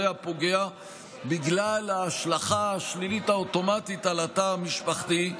הפוגע בגלל ההשלכה השלילית האוטומטית על התא המשפחתי.